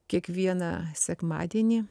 kiekvieną sekmadienį